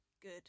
good